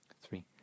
three